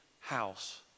house